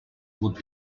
would